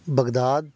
Baghdad